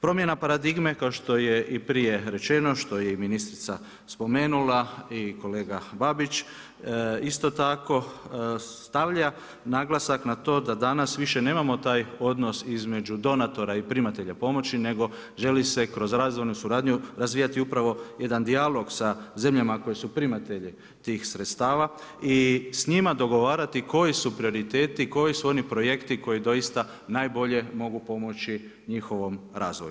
Promjena paradigme, kao što je i prije rečeno, što je i ministrica spomenula i kolega Babić, isto tako stavlja naglasak na to da danas više nemamo odnos između donatora i primatelja pomoći, nego želi se kroz razvojnu suradnju razvijati upravo jedan dijalog sa zemljama koji su primatelji tih sredstava i s njima dogovarati koji su prioriteti, koji su oni projekti koji doista najbolje mogu pomoći njihovom razvoju.